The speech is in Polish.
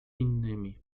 innymi